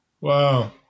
Wow